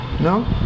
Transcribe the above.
No